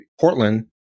Portland